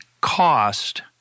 cost